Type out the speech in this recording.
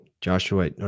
Joshua